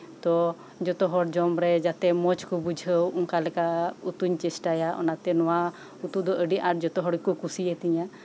ᱛᱚ ᱡᱷᱚᱛᱚ ᱦᱚᱲ ᱡᱚᱢ ᱨᱮ ᱡᱟᱛᱮ ᱢᱚᱸᱡᱽ ᱠᱚ ᱵᱩᱡᱷᱟᱹᱣ ᱚᱱᱠᱟᱞᱮᱠᱟ ᱩᱛᱩᱧ ᱪᱮᱥᱴᱟᱭᱟ ᱚᱱᱟᱛᱮ ᱱᱚᱶᱟ ᱩᱛᱩ ᱫᱚ ᱟᱹᱰᱤ ᱟᱸᱹ ᱡᱷᱚᱛᱚ ᱦᱚᱲ ᱜᱮᱠᱚ ᱠᱩᱥᱤᱣᱟᱛᱤᱧᱟ